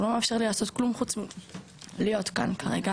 הוא לא מאפשר לי לעשות כלום חוץ מלהיות כאן כרגע,